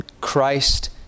Christ